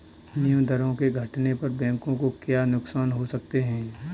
विनिमय दरों के घटने पर बैंकों को क्या नुकसान हो सकते हैं?